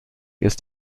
ist